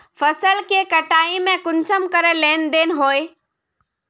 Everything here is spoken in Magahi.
फसल के कटाई में कुंसम करे लेन देन होए?